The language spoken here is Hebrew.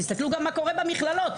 תסתכלו מה קורה במכללות.